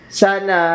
sana